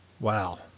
Wow